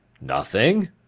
Nothing